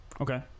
Okay